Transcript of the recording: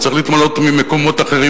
הוא צריך להתמלא ממקומות אחרים,